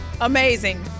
Amazing